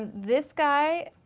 this guy,